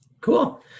Cool